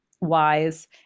wise